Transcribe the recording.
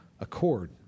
accord